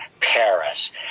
Paris